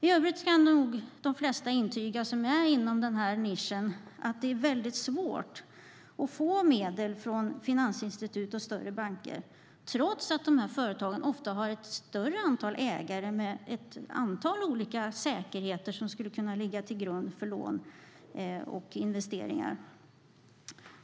I övrigt kan nog de flesta som är inom denna nisch intyga att det är mycket svårt att få medel från finansinstitut och större banker, trots att dessa företag ofta har ett större antal ägare med ett antal olika säkerheter som skulle kunna ligga till grund för lån och investeringar.